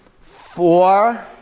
four